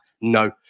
no